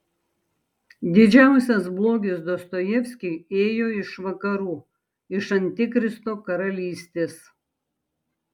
didžiausias blogis dostojevskiui ėjo iš vakarų iš antikristo karalystės